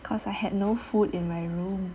cause I had no food in my room